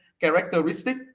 characteristic